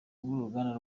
w’uruganda